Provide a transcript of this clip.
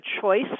choice